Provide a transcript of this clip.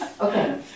Okay